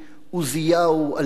אלכסנדר ינאי,